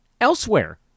elsewhere